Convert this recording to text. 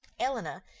elinor,